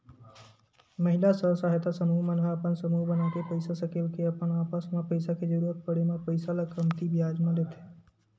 महिला स्व सहायता समूह मन ह अपन समूह बनाके पइसा सकेल के अपन आपस म पइसा के जरुरत पड़े म पइसा ल कमती बियाज म लेथे